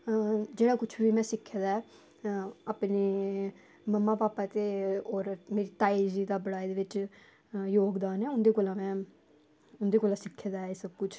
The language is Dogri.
जेह्ड़ा कुछ बी में सिक्खे दा ऐ अपने मम्मा पापा ते होर मेरी ताई जी दा बड़ा एह्दे बिच्च जोगदान ऐ उं'दे कोला में उं'दे कोला सिक्खे दा ऐ एह् सब कुछ